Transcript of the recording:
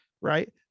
right